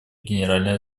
генеральной